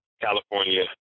California